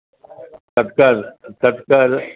Tatkal Tatkal